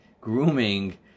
grooming